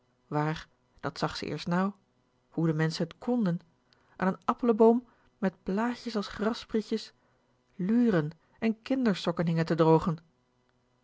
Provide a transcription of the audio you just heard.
waar dat zag ze eerst nou tinkje o hoe de menschen t konden an n appelenboom met blaadjes as grassprietjes luren en kindersokken hingen te drogen